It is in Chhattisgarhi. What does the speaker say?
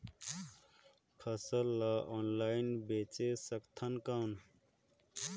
फसल ला ऑनलाइन बेचे सकथव कौन?